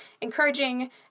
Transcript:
encouraging